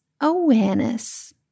awareness